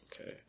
Okay